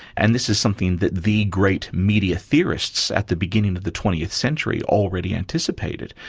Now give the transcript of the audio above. and this is something that the great media theorists at the beginning of the twentieth century already anticipated,